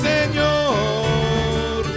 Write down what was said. Señor